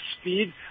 speed